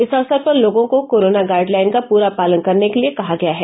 इस अवसर पर लोगों को कोरोना गाइडलाइन का पूरा पालन करने के लिए कहा गया है